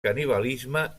canibalisme